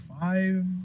five